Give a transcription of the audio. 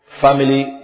Family